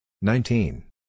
Nineteen